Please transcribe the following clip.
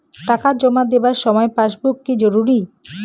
টাকা জমা দেবার সময় পাসবুক কি জরুরি?